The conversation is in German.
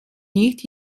nicht